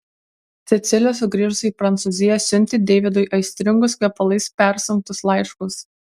cecilė sugrįžusi į prancūziją siuntė deividui aistringus kvepalais persunktus laiškus